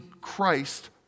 Christ